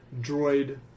droid